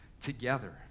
together